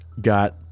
got